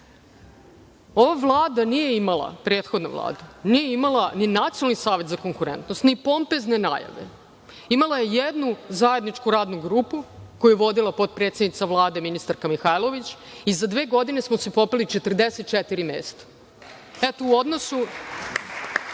da padamo. Ova Vlada, prethodna Vlada nije imala ni Nacionalni savet za konkurentnost, ni pompezne najave, imala je jednu zajedničku radnu grupu koju je vodila potpredsednica Vlade ministarka Mihajlović i za dve godine smo se popeli 44 mesta. Eto, čini